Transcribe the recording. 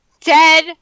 dead